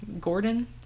Gordon